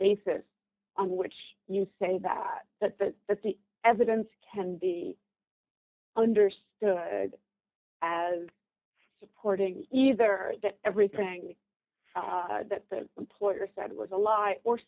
basis on which you say that but that the evidence can be understood as supporting either everything that the employer said was a lie or